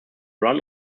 run